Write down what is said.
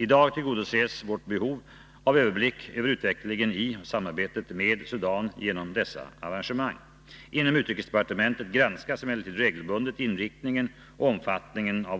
I dag tillgodoses vårt behov av överblick över utvecklingen i och samarbetet med Sudan genom dessa arrangemang. Inom utrikesdepartementet granskas emellertid regelbundet inriktningen och omfattningen av